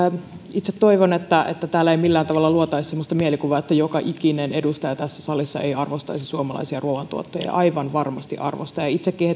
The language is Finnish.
itse toivon että että täällä ei millään tavalla luotaisi semmoista mielikuvaa että joka ikinen edustaja tässä salissa ei arvostaisi suomalaisia ruoantuottajia aivan varmasti arvostaa ja itsekin